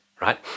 right